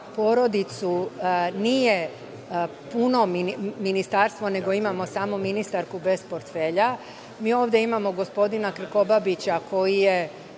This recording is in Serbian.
porodicu nije puno ministarstvo, nego imamo samo ministarku bez portfelja. Mi ovde imamo gospodina Krkobabića koji je